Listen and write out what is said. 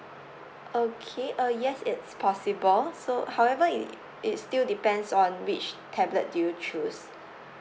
okay uh yes it's possible so however it it still depends on which tablet do you choose